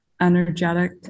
energetic